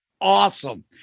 awesome